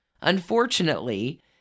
Unfortunately